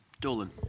Dolan